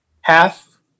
half